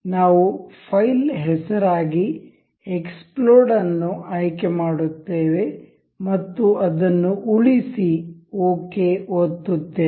ನಾವು ಫೈಲ್ ಹೆಸರಾಗಿ ಎಕ್ಸ್ಪ್ಲೋಡ್ ಅನ್ನು ಆಯ್ಕೆ ಮಾಡುತ್ತೇವೆ ಮತ್ತು ಅದನ್ನು ಉಳಿಸಿ ಓಕೆ ಒತ್ತುತ್ತೇವೆ